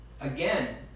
Again